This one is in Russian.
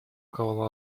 кого